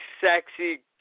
Sexy